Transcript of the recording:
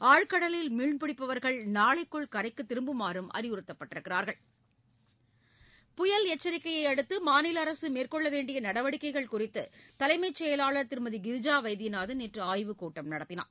ஆழ்கடலில் மீன்பிடிப்பவர்கள் நாளைக்குள் கரைக்குதிரும்புமாறும் அறிவுறுத்தப்பட்டுள்ளனர் புயல் எச்சரிக்கையைஅடுத்தமாநிலஅரசுமேற்கொள்ளவேண்டியநடவடிக்கைகள் குறித்துதலைமைச் செயலாளர் திருமதிகிரிஜாவைத்தியநாதன் நேற்றுஆய்வுக் கூட்டம் நடத்தினார்